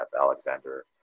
Alexander